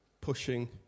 pushing